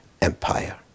Empire